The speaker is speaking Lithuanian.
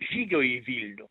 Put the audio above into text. žygio į vilnių